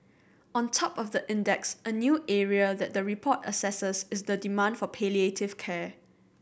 on top of the index a new area that the report assesses is the demand for palliative care